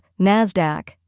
NASDAQ